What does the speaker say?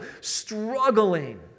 struggling